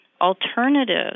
alternatives